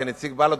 כנציג בל"ד,